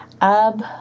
Ab